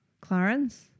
Clarence